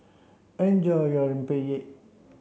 enjoy your Rempeyek